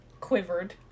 Quivered